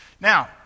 Now